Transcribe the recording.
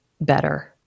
better